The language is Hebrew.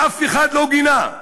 ואף אחד לא גינה,